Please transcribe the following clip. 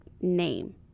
name